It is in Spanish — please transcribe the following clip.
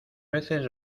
veces